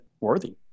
worthy